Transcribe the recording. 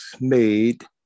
made